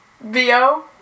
VO